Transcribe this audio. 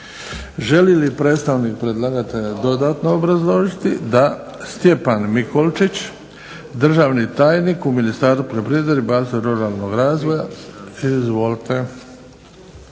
Želi li predstavnik predlagatelja dodatno obrazložiti? Da. Stjepan Mikolčić, državni tajnik u Ministarstvu poljoprivrede, ribarstva i ruralnog razvoja. Izvolite.